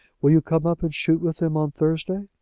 will you come up and shoot with them on thursday?